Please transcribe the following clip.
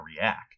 react